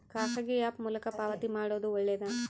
ಖಾಸಗಿ ಆ್ಯಪ್ ಮೂಲಕ ಪಾವತಿ ಮಾಡೋದು ಒಳ್ಳೆದಾ?